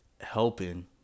helping